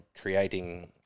creating